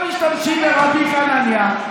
משתמשים ברבי חנניה?